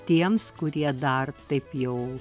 tiems kurie dar taip jau